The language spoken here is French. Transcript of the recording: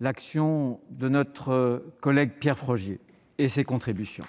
l'action de notre collègue Pierre Frogier et ses contributions.